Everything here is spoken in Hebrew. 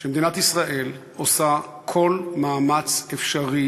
שמדינת ישראל עושה בו כל מאמץ אפשרי,